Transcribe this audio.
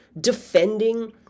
defending